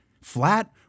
Flat